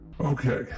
Okay